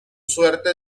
suerte